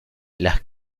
las